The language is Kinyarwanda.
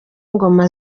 ingoma